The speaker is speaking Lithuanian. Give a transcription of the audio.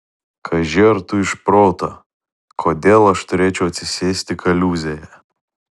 kaži ar tu iš proto kodėl aš turėčiau atsisėsti kaliūzėje